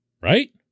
right